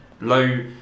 low